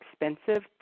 expensive